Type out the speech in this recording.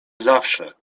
zawsze